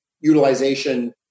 utilization